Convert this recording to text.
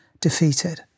defeated